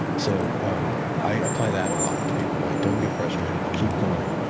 so um i apply that a lot to people like don't get frustrated. keep going,